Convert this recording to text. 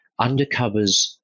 undercovers